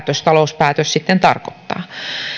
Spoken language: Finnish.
talouspäätös sitten tarkoittaa